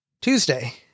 Tuesday